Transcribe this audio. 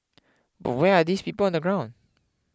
but where are these people on the ground